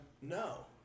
No